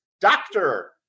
doctor